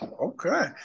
Okay